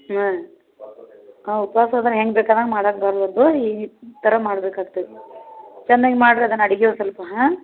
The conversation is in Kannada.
ಹಾಂ ಹಾಂ ಉಪ್ವಾಸ ಅದ ಹೆಂಗೆ ಬೇಕಾರ ಮಾಡೋಣ್ ಬರ್ಲ್ ಅದು ಈ ಈ ಥರ ಮಾಡ್ಬೇಕಾಗ್ತೈತಿ ಚೆನ್ನಾಗ್ ಮಾಡ್ರಿ ಅದನ್ನ ಅಡಿಗೆ ಒನ್ಸೊಲ್ಪ ಹಾಂ